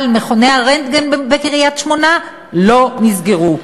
אבל מכוני הרנטגן בקריית-שמונה לא נסגרו.